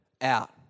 out